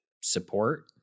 Support